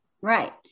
Right